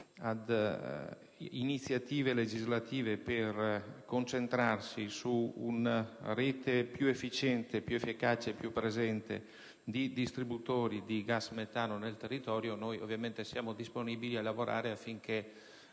ad iniziative legislative tese alla realizzazione di una rete più efficiente, più efficace e più presente di distributori di gas metano nel territorio, noi siamo ovviamente disponibili a lavorare affinché,